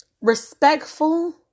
respectful